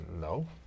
no